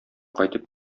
кайтып